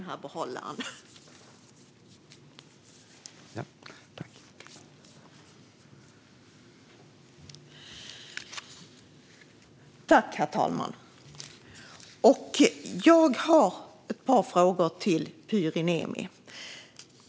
Herr talman! Jag har ett par frågor till Pyry Niemi.